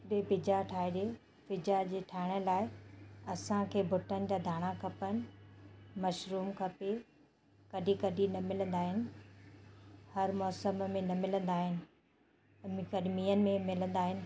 बि पिज्जा ठाहे ॾे पिज्जा जे ठाहिण लाइ असांखे बटन जा धाणा खपनि मशरूम खपे कॾहिं कॾहिं न मिलंदा आहिनि हर मौसम में न मिलंदा आहिनि इन गरमीअ में मिलंदा आहिनि